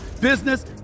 business